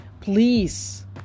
please